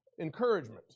encouragement